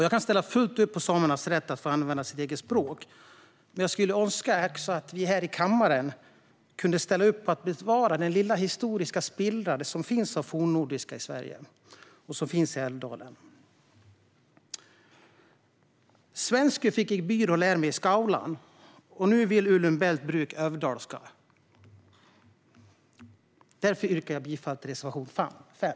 Jag ställer fullt upp på samernas rätt att få använda sitt eget språk, men jag skulle önska att vi här i kammaren också kunde ställa upp på att bevara den lilla historiska spillra som finns av det fornnordiska i Sverige och som finns i Älvdalen. Swensku fikk ig byr a° lär mig i skaulan, nu will ulum bellt bruk övdalsku. Därför yrkar jag bifall till reservation 5.